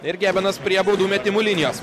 ir gebenas prie baudų metimų linijos